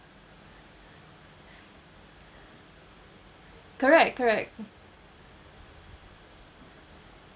correct correct